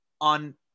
on